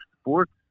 sports